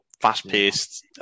fast-paced